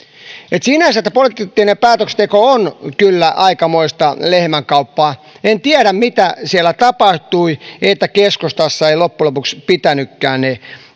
eli sinänsä poliittinen päätöksenteko on kyllä aikamoista lehmänkauppaa en tiedä mitä siellä tapahtui kun keskustassa eivät loppujen lopuksi pitäneetkään ne